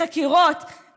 בחקירות,